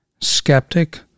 Skeptic